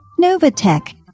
Novatech